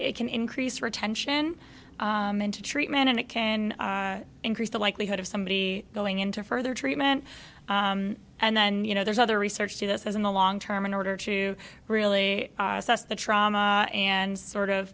it can increase retention into treatment and it can increase the likelihood of somebody going into further treatment and then you know there's other research to this as in the long term in order to really assess the trauma and sort of